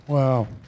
Wow